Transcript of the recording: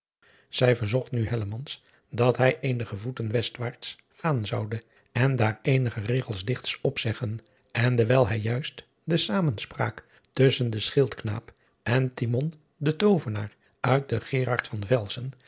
zij verzocht nu hellemans dat hij eenige voeten westwaarts gaan zoude en daar eenige regels dichts opzeggen en dewijl hij juist de zamenspraak tusschen den schildknaap en timon den toovenaar uit den geraardt van velsen